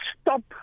stop